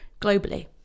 globally